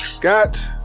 Got